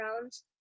rounds